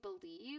believe